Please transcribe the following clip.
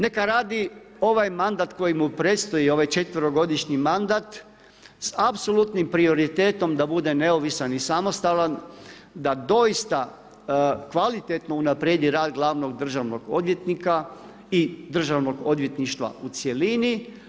Neka radi ovaj mandat koji mu pristoji, ovaj četverogodišnji mandat s apsolutnim prioritetom da bude neovisan i samostalan, da doista kvalitetno unaprijedi rad glavnog državnog odvjetnika i državnog odvjetništva u cjelini.